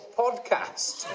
podcast